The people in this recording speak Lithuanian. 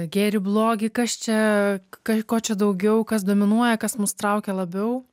gėrį blogį kas čia ka ko čia daugiau kas dominuoja kas mus traukia labiau